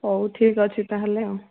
ହଉ ଠିକ୍ ଅଛି ତା'ହେଲେ ଆଉ